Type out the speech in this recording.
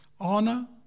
honor